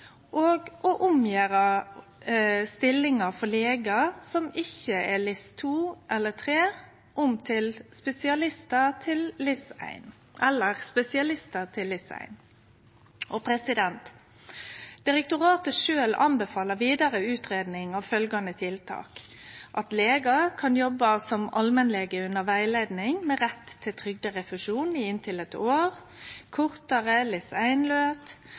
å gjere om stillingar for legar som ikkje er LIS2, LIS3 eller spesialistar, til LIS1 Direktoratet sjølv anbefaler vidare utgreiing av følgjande tiltak: legar kan jobbe som allmennlege under rettleiing, med rett til trygderefusjon i inntil eitt år kortare